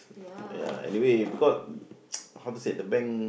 ya anyway because how to say the bank